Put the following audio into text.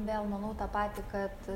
vėl manau tą patį kad